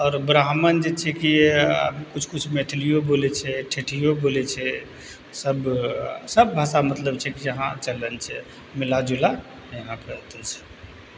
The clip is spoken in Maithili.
आओर ब्राह्मण जे छै कि किछु किछु मैथिलियो बोलय छै ठेठियो बोलय छै सब सब भाषा मतलब जे छै कि यहाँ चलि रहल छै मिला जुला यहाँ